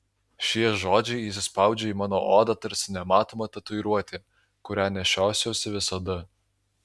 šie žodžiai įsispaudžia į mano odą tarsi nematoma tatuiruotė kurią nešiosiuosi visada